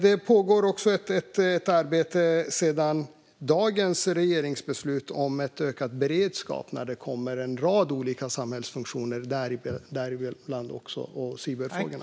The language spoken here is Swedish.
Det pågår också ett arbete i och med dagens regeringsbeslut om ökad beredskap. Det gäller en rad olika samhällsfunktioner, däribland cyberfrågorna.